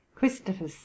Christopher